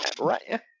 Right